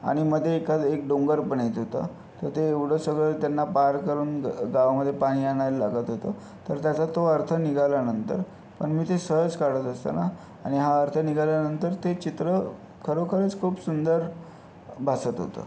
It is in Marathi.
आणि मध्ये एखादं एक डोंगर पण येत होतं तर ते एवढं सगळं त्यांना पार करून गावामध्ये पाणी आणायला लागत होतं तर त्याचा तो अर्थ निघाल्यानंतर पण मी ते सहज काढत असताना आणि हा अर्थ निघाल्यानंतर ते चित्र खरोखरच खूप सुंदर भासत होतं